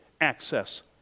access